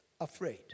afraid